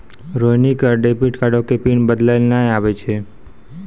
रोहिणी क डेबिट कार्डो के पिन बदलै लेय नै आबै छै